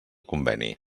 conveni